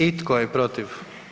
I tko je protiv?